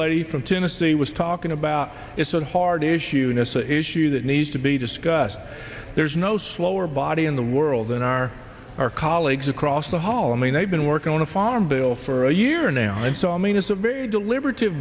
lady from tennessee was talking about it so hard issue in this issue that needs to be discussed there's no slower body in the world than are our colleagues across the hall i mean they've been working on a farm bill for a year now and so i mean it's a very deliber